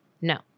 no